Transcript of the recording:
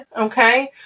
okay